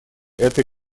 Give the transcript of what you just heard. этой